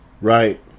right